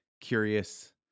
curious